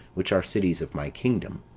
which are cities of my kingdom